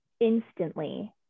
instantly